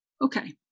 Okay